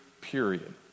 period